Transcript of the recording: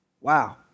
Wow